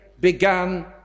began